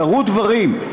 קרו דברים.